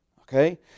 Okay